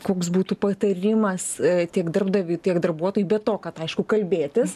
koks būtų patarimas tiek darbdaviui tiek darbuotojui be to kad aišku kalbėtis